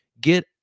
get